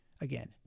Again